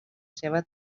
seva